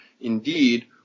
indeed